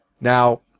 Now